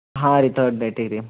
ಹಾಂ ರೀ ತರ್ಡ್ ಡೇಟಿಗೆ ರೀ